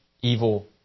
evil